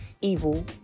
evil